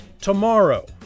tomorrow